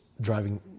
driving